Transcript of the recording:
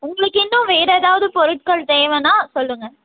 உங்களுக்கு இன்னும் வேறு ஏதாவது பொருட்கள் தேவைன்னா சொல்லுங்க